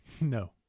No